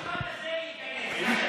מעצם המשפט הזה, ייכנס.